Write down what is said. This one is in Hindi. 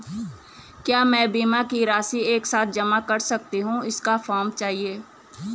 क्या मैं बीमा की राशि एक साथ जमा कर सकती हूँ इसका फॉर्म चाहिए?